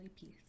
peace